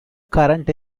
current